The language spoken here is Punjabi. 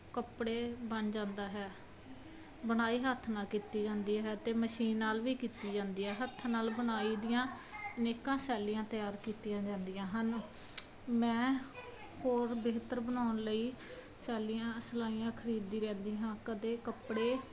ਕੱਪੜਾ ਬਣ ਜਾਂਦਾ ਹੈ ਬੁਣਾਈ ਹੱਥ ਨਾਲ ਕੀਤੀ ਜਾਂਦੀ ਹੈ ਅਤੇ ਮਸ਼ੀਨ ਨਾਲ ਵੀ ਕੀਤੀ ਜਾਂਦੀ ਆ ਹੱਥ ਨਾਲ ਬੁਣਾਈ ਦੀਆਂ ਅਨੇਕਾਂ ਸ਼ੈਲੀਆਂ ਤਿਆਰ ਕੀਤੀਆਂ ਜਾਂਦੀਆਂ ਹਨ ਮੈਂ ਹੋਰ ਬਿਹਤਰ ਬਣਾਉਣ ਲਈ ਸ਼ੈਲੀਆਂ ਸਲਾਈਆਂ ਖਰੀਦਦੀ ਰਹਿੰਦੀ ਹਾਂ ਕਦੇ ਕੱਪੜੇ